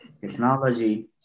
technology